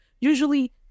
usually